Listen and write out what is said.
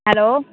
hello